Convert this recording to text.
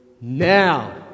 now